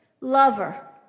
lover